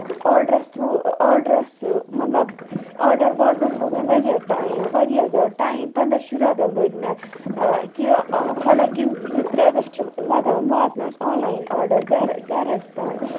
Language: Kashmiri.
آرڈرس تروو آرڈرَس مطلب آرڈر واتنَس لوٚگ مےٚ واریاہ ٹایم واریاہ زیادٕ ٹایم پَنداہ شُراہ دۄہ لٔگۍ مےٚ کہِ حالنٛکہِ زٕ ترٛےٚ دۄہ چھِ لگان واتنَس آن لاین آردڑ گرِ گرَس تانۍ